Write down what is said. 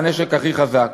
והנשק הכי חזק,